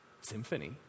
symphony